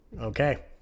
Okay